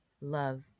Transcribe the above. love